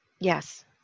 Yes